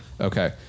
Okay